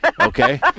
Okay